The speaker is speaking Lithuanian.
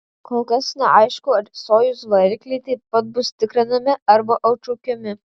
kol kas neaišku ar sojuz varikliai taip pat bus tikrinami arba atšaukiami